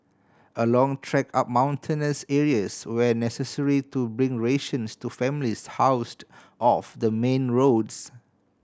a long trek up mountainous areas were necessary to bring rations to families housed off the main roads